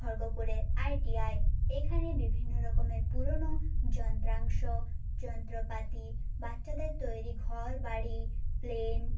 খড়গপুরের I I T এইখানে বিভিন্ন রকমের পুরনো যন্ত্রাংশ যন্ত্রপাতি বাচ্চাদের তৈরি ঘরবাড়ি প্লেন